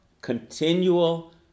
continual